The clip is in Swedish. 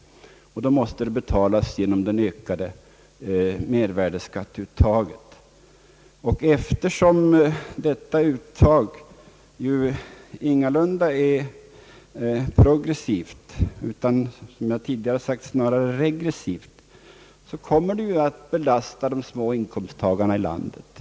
Det måste betalas genom det ökade uttaget av mervärdeskatt. Eftersom detta uttag ingalunda är progressivt utan som jag tidigare sagt snarare regressivt så kommer det att belasta de små inkomsttagarna i landet.